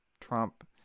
Trump